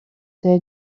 their